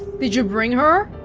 but you bring her?